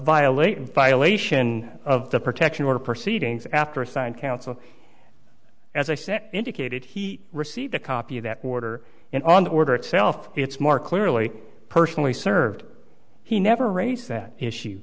violate violation of the protection order proceedings after assigned counsel as i said indicated he received a copy of that order and on the order itself it's more clearly personally served he never raised that issue